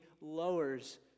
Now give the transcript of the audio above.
lowers